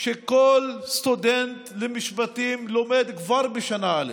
שכל סטודנט למשפטים לומד כבר בשנה א'